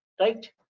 right